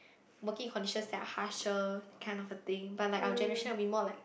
working conditions that are harsher that kind of a thing but like our generation will be more like